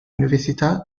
università